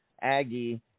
Aggie